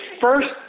first